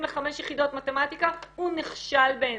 לחמש יחידות מתמטיקה הוא נכשל בעיניי,